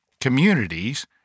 communities